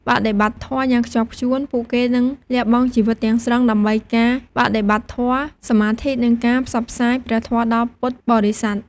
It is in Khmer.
បដិបត្តិធម៌យ៉ាងខ្ជាប់ខ្ជួន ពួកគេនឹងលះបង់ជីវិតទាំងស្រុងដើម្បីការបដិបត្តិធម៌ សមាធិ និងការផ្សព្វផ្សាយព្រះធម៌ដល់ពុទ្ធបរិស័ទ។